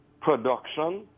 production